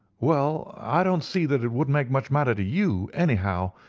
well, i don't see that it would make much matter to you, anyhow.